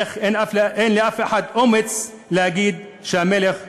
אך אין לאף אחד אומץ להגיד שהמלך עירום.